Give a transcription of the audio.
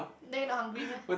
then you not hungry meh